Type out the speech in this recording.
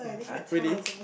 really